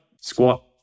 squat